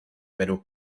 perú